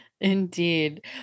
Indeed